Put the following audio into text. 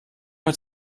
mit